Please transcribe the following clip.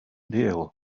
deal